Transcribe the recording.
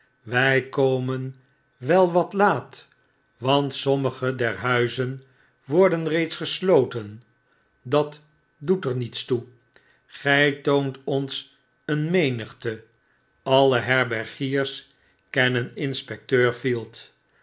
vooruit wykomen wel wat laat want sommige der huizen worden reeds gesloten dat doet er niets toe gy toont ons een menigte alle herbergiers kennen inspecteur field